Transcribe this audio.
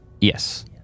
yes